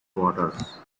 waters